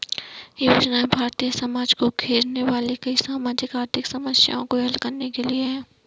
योजनाएं भारतीय समाज को घेरने वाली कई सामाजिक आर्थिक समस्याओं को हल करने के लिए है